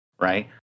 right